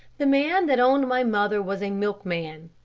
the man that owned my mother was a milkman.